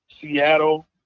Seattle